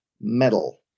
metal